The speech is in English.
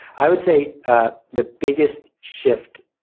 i would say ah the biggest shift,